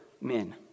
men